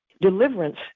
Deliverance